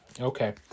Okay